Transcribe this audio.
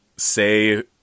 say